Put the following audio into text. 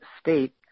State